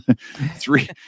Three